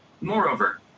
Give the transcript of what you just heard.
Moreover